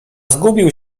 zgubił